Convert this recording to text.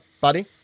buddy